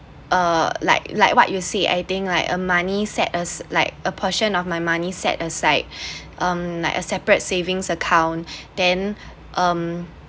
uh like like what you see I think like uh money set as like a portion of my money set aside um like a separate savings account then um